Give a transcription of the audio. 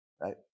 Right